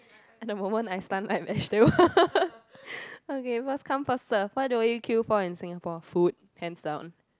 at the moment I stun like vegetable okay first come first serve what do we queue for in Singapore food hands down